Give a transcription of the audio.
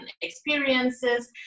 experiences